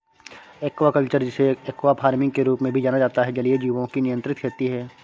aquaculture, जिसे aqua farming के रूप में भी जाना जाता है, जलीय जीवों की नियंत्रित खेती है